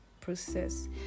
process